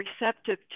receptive